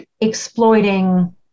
exploiting